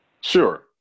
Sure